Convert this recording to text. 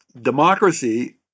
democracy